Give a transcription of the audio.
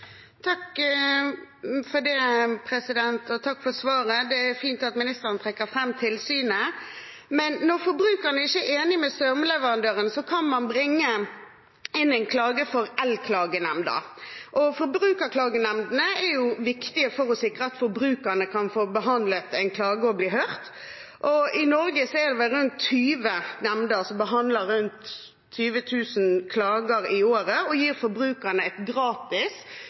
Takk for svaret. Det er fint at ministeren trekker fram tilsynet, men når forbrukerne ikke er enige med strømleverandøren, kan de bringe inn en klage for Elklagenemnda. Forbrukerklagenemndene er viktige for å sikre at forbrukerne kan få behandlet en klage og bli hørt. I Norge er det vel rundt 20 nemnder som behandler rundt 20 000 klager i året og gir forbrukerne et gratis